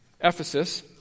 Ephesus